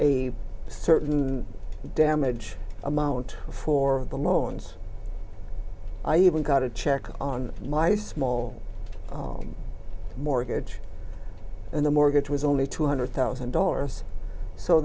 a certain damage amount for the loans i even got a check on my small mortgage and the mortgage was only two hundred thousand dollars so